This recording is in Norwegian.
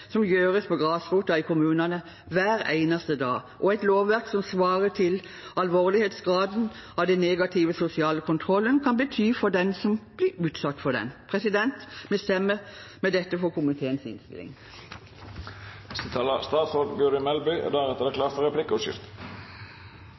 som gjøres på grasrota i kommunene hver eneste dag, og et lovverk som svarer til alvorlighetsgraden av det den negative sosiale kontrollen kan bety for den som blir utsatt for det. Vi stemmer med dette for komiteens innstilling.